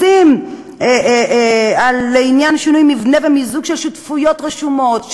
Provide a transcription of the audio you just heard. מסים לעניין שינוי מבנה במיזוג של שותפויות רשומות,